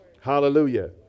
Hallelujah